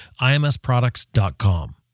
imsproducts.com